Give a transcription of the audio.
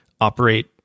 operate